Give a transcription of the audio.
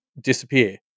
disappear